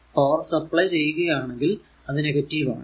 power supply ചെയ്യുകയാണേൽ അത് negative ആണ്